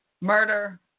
murder